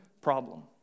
problem